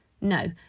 No